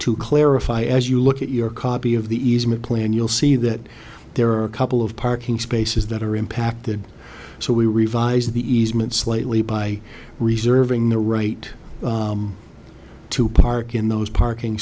to clarify as you look at your copy of the easement plan you'll see that there are a couple of parking spaces that are impacted so we revise the easement slightly by reserving the right to park in those parking